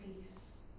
peace